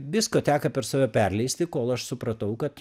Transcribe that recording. visko teko per save perleisti kol aš supratau kad